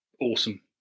awesome